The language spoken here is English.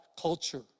culture